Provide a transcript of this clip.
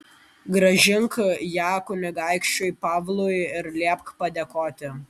grąžink ją kunigaikščiui pavlui ir liepk padėkoti